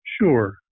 Sure